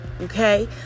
okay